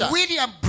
William